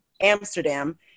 Amsterdam